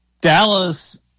dallas